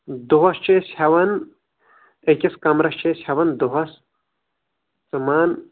دۄہَس چھِ أسۍ ہٮ۪وان أکِس کَمرَس چھِ أسۍ ہٮ۪وان دۄہَس ژٕ مان